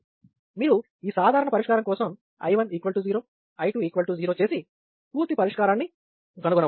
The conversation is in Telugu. మీరు ఈ సాధారణ పరిష్కారం కోసం I1 0 I2 0 చేసి పూర్తి పరిష్కారాన్ని కనుగొనవచ్చు